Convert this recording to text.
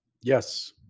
yes